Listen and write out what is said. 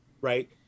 right